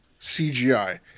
CGI